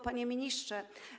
Panie Ministrze!